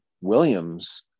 Williams